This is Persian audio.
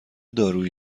دارویی